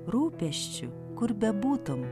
rūpesčiu kur bebūtum